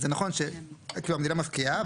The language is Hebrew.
זה נכון שכאילו המדינה מפקיעה,